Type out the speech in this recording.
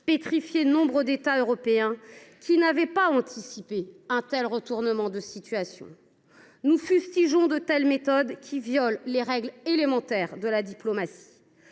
pétrifié nombre d’États européens, qui n’avaient pas anticipé un tel retournement de situation. Nous fustigeons de telles méthodes qui violent les règles élémentaires de la diplomatie.